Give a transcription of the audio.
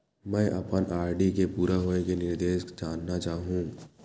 मैं अपन आर.डी के पूरा होये के निर्देश जानना चाहहु